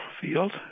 field